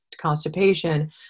constipation